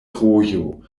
rojo